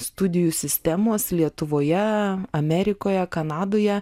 studijų sistemos lietuvoje amerikoje kanadoje